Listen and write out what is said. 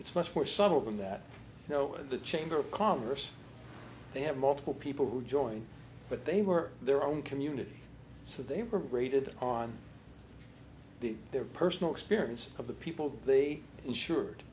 it's much more subtle than that you know the chamber of commerce they have multiple people who join but they were their own community so they were graded on their personal experience of the people they insured